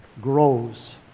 grows